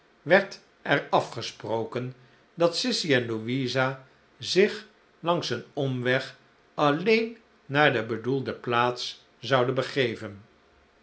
werd er afgesproken dat sissy en louisa zich langs een omweg alleen naar de bedoelde plaats zouden begeven